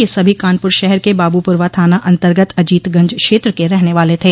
यह सभी कानपुर शहर के बाबूपुरवा थाना अन्तर्गत अजीतगंज क्षेत्र के रहने वाले थे